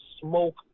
smoke